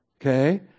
Okay